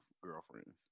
girlfriends